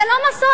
זה לא מסורת.